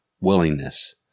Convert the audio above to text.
willingness